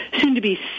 soon-to-be